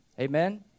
Amen